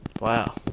Wow